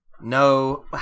No